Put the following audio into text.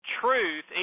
truth